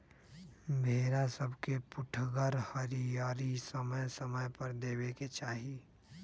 भेड़ा सभके पुठगर हरियरी समय समय पर देबेके चाहि